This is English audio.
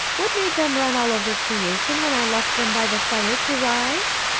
what made them run all over creation when i left them by the fire to rise?